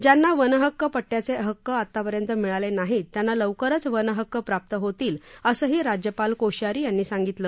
ज्यांना वनहक्क पट्टयाचे हक्क आतापर्यंत मिळालेले नाहीत त्यांना लवकरच वनहक्क प्राप्त होतील असंही राज्यपाल कोश्यारी यांनी सांगितलं